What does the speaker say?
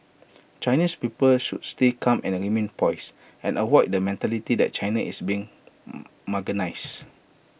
Chinese people should stay calm and remain poise and avoid the mentality did China is being marginalised